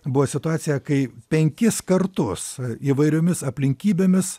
buvo situacija kai penkis kartus įvairiomis aplinkybėmis